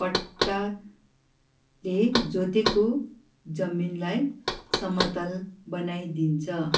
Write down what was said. पट्टाले जोतेको जमिनलाई समतल बनाइदिन्छ